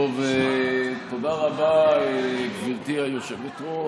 תודה רבה, גברתי היושבת-ראש.